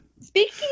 Speaking